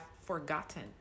forgotten